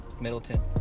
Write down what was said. Middleton